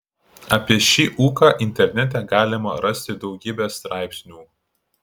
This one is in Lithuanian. apie šį ūką internete galima rasti daugybę straipsnių